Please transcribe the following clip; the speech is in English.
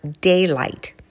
daylight